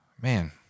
man